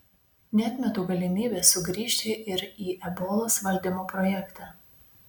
neatmetu galimybės sugrįžti ir į ebolos valdymo projektą